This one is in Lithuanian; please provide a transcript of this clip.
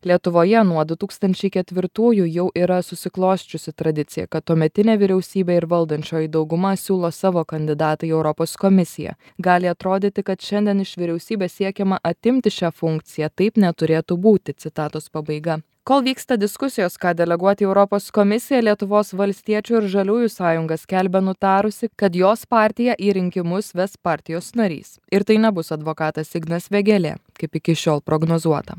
lietuvoje nuo du tūkstančiai ketvirtųjų jau yra susiklosčiusi tradicija kad tuometinė vyriausybė ir valdančioji dauguma siūlo savo kandidatą į europos komisiją gali atrodyti kad šiandien iš vyriausybės siekiama atimti šią funkciją taip neturėtų būti citatos pabaiga kol vyksta diskusijos ką deleguoti į europos komisija lietuvos valstiečių ir žaliųjų sąjunga skelbia nutarusi kad jos partiją į rinkimus ves partijos narys ir tai nebus advokatas ignas vėgėlė kaip iki šiol prognozuota